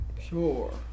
sure